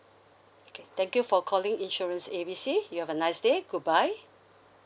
okay thank you for calling insurance A B C you have a nice day goodbye